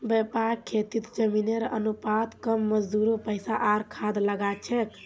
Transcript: व्यापक खेतीत जमीनेर अनुपात कम मजदूर पैसा आर खाद लाग छेक